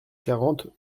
quarante